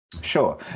Sure